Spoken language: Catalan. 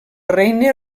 regne